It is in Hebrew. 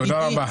טוב, תודה רבה.